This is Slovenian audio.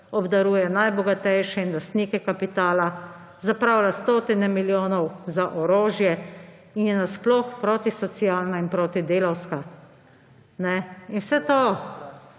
obdaruje najbogatejše in lastnike kapitala, zapravlja stotine milijonov za orožje in je sploh protisocialna in protidelavska. In vse to